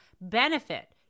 benefit